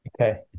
Okay